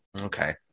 okay